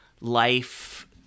life